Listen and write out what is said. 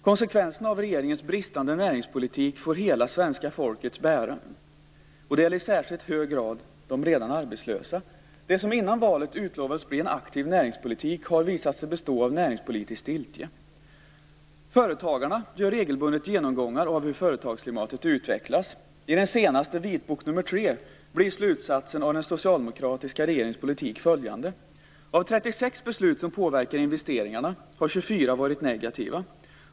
Konsekvenserna av regeringens bristande näringspolitik får hela svenska folket bära. Det gäller i särskilt hög grad de redan arbetslösa. Det som före valet utlovades bli en aktiv näringspolitik har visat sig bestå av näringspolitisk stiltje. Företagarna gör regelbundet genomgångar av hur företagsklimatet utvecklas. I den senaste, Vitbok 3, blir slutsatsen av den socialdemokratiska regeringens politik följande: Av 36 beslut som påverkar investeringarna har 24 varit negativa.